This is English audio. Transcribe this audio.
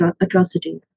atrocity